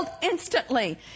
instantly